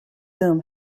whom